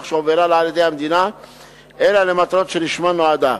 שהועברה לה על-ידי המדינה אלא למטרות שלשמן נועדה.